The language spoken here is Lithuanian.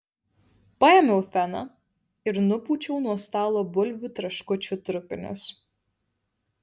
paėmiau feną ir nupūčiau nuo stalo bulvių traškučių trupinius